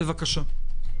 בבקשה.